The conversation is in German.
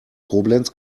koblenz